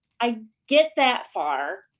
i get that far,